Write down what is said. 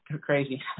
crazy